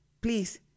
please